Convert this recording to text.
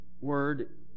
word